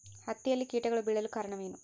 ಹತ್ತಿಯಲ್ಲಿ ಕೇಟಗಳು ಬೇಳಲು ಕಾರಣವೇನು?